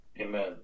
Amen